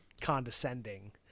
condescending